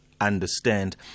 understand